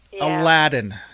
Aladdin